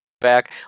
back –